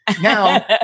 Now